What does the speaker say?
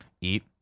Eat